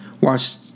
watch